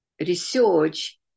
research